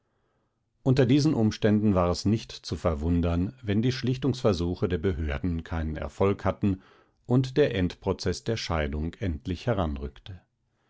unter diesen umständen war es nicht zu verwundern wenn die schlichtungsversuche der behörden keinen erfolg hatten und der endprozeß der scheidung endlich heranrückte